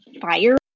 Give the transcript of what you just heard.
fire